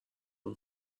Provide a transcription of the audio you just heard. اون